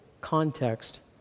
context